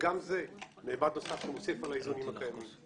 וגם זה ממד נוסף שמוסיף על האיזונים הקיימים.